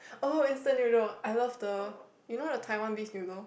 oh instant noodle I love the you know the Taiwan beef noodle